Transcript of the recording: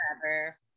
forever